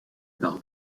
par